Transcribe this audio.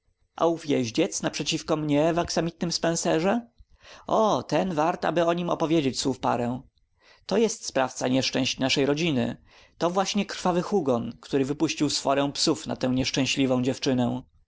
a ów jeździec naprzeciwko mnie w aksamitnym spencerze o ten wart aby o nim powiedzieć słów parę on jest sprawcą nieszczęść naszej rodziny to właśnie krwawy hugon który wypuścił sforę psów na tę nieszczęśliwą dziewczynę